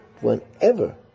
whenever